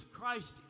Christ